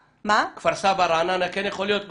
כפר סבא-רעננה כן יכול להיות?